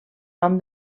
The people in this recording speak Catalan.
nom